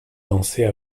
danser